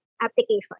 application